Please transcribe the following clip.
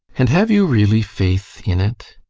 and have you really faith in it?